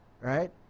right